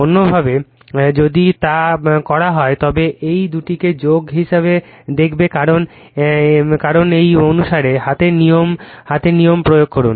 অন্যভাবে যদি তা করা হয় তবে এই দুটিকে যোগ হিসাবে দেখাবে কারণ এই অনুসারে হাতের নিয়ম প্রয়োগ করুন